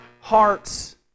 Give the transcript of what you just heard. hearts